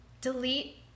delete